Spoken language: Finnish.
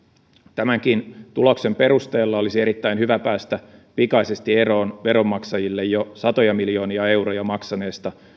tämänkin tuloksen perusteella olisi erittäin hyvä päästä pikaisesti eroon veronmaksajille jo satoja miljoonia euroja maksaneesta